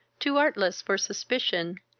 too artless for suspicion,